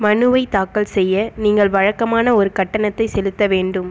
மனுவைத் தாக்கல் செய்ய நீங்கள் வழக்கமான ஒரு கட்டணத்தை செலுத்த வேண்டும்